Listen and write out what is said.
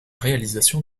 réalisation